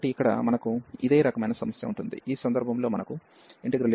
కాబట్టి ఇక్కడ మనకు ఇదే రకమైన సమస్య ఉంటుంది ఈ సందర్భంలో మనకు a1 e xcos x x2dx ఉంది